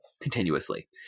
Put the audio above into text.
continuously